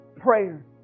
prayer